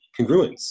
congruence